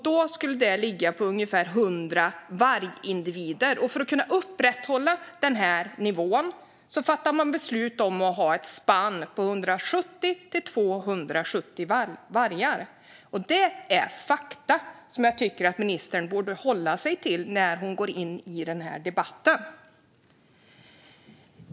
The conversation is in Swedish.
Det skulle då ligga på ungefär 100 vargindivider. För att kunna upprätthålla denna nivå fattade man beslut om ett spann på 170-270 vargar. Det är fakta som jag tycker att ministern borde hålla sig till när hon går in i den här debatten.